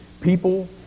People